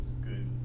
good